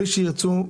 בלי שירצו,